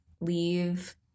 leave